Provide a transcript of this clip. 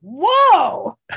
whoa